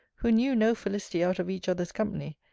who knew no felicity out of each other's company,